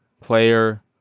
player